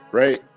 right